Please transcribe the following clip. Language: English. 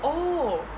oh